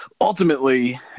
Ultimately